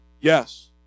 Yes